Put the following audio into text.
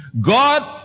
God